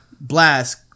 blast